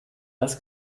als